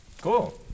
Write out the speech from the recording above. cool